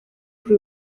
kuri